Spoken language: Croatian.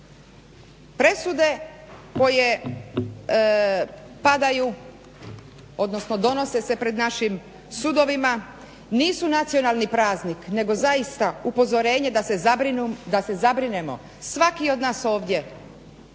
Presude koje padaju odnosno donose se pred našim sudovima nisu nacionalni praznik nego zaista upozorenje da se zabrinemo, svaki od nas ovdje